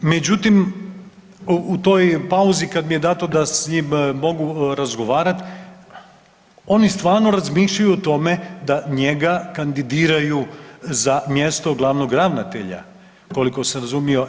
Međutim, u toj pauzi kada mi je dato da s njim mogu razgovarati oni stvarno razmišljaju o tome da njega kandidiraju za mjesto glavnog ravnatelja koliko sam razumio.